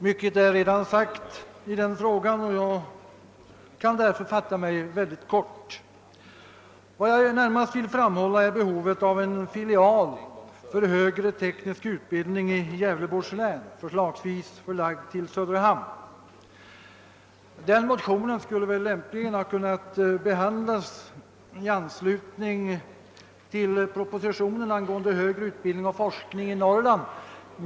Mycket är redan sagt i frågan, och jag kan därför fatta mig kort. Vad jag närmast vill framhålla är behovet av en filial för högre teknisk utbildning i Gävleborgs län, förslagsvis förlagd till Söderhamn. Motionen i denna fråga skulle väl lämpligen ha kunnat behandlas i anslutning till propositionen om högre utbildning och forskning i Norrland.